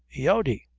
eody,